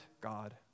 God